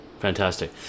Fantastic